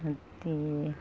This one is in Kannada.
ಮತ್ತೆ